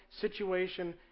situation